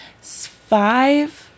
five